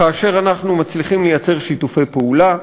כאשר אנחנו מצליחים לייצר שיתופי פעולה,